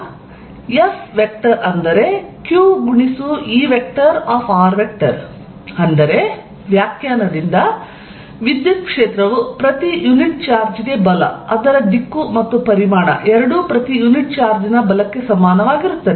FqE ಅಂದರೆ ವ್ಯಾಖ್ಯಾನದಿಂದ ವಿದ್ಯುತ್ ಕ್ಷೇತ್ರವು ಪ್ರತಿ ಯುನಿಟ್ ಚಾರ್ಜ್ಗೆ ಬಲ ಅದರ ದಿಕ್ಕು ಮತ್ತು ಪರಿಮಾಣ ಎರಡೂ ಪ್ರತಿ ಯೂನಿಟ್ ಚಾರ್ಜ್ ನ ಬಲಕ್ಕೆ ಸಮಾನವಾಗಿರುತ್ತದೆ